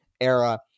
era